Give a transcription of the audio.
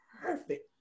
perfect